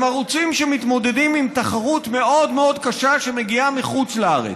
הם ערוצים שמתמודדים עם תחרות מאוד מאוד קשה שמגיעה מחוץ לארץ.